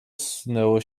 zsunęło